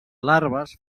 larves